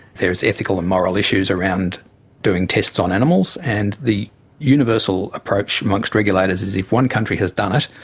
there is ethical and moral issues around doing tests on animals and the universal approach amongst regulators is if one country has done it,